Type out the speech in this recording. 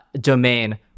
domain